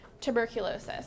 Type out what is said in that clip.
tuberculosis